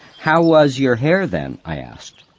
how was your hair then? i asked.